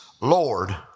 Lord